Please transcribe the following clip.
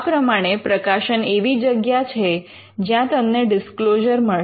આ પ્રમાણે પ્રકાશન એવી જગ્યા છે જ્યાં તમને ડિસ્ક્લોઝર મળશે